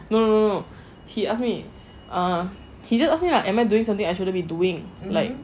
no no no he ask me err he just ask me lah am I doing something I shouldn't be doing like